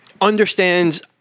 understands